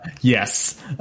Yes